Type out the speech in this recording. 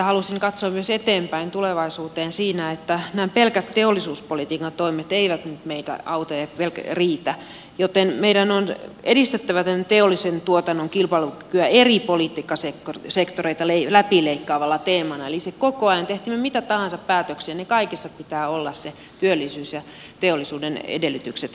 halusin katsoa myös eteenpäin tulevaisuuteen siinä että nämä pelkät teollisuuspolitiikan toimet eivät meitä auta ne eivät riitä joten meidän on edistettävä tämän teollisen tuotannon kilpailukykyä eri politiikan sektoreita läpileikkaavana teemana eli koko ajan teimme me mitä tahansa päätöksiä kaikissa pitää olla työllisyys ja teollisuuden edellytykset mukana